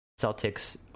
Celtics